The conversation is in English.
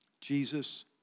Jesus